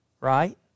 right